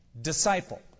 Disciple